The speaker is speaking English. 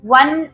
one